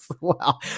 Wow